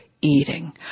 eating